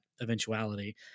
eventuality